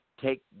take